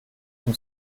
zum